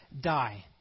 die